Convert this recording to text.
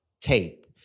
tape